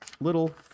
little